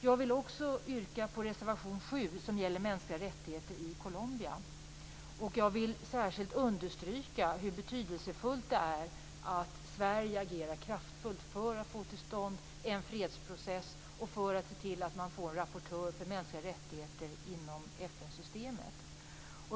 Jag vill också yrka bifall till reservation 7, som gäller mänskliga rättigheter i Colombia. Jag vill särskilt understyrka hur betydelsefullt det är att Sverige agerar kraftfullt för att få till stånd en fredsprocess och för att se till att man får en rapportör för mänskliga rättigheter inom FN-systemet.